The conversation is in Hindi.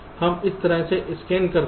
हम इस तरह से स्कैन करते हैं